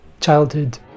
childhood